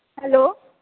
hello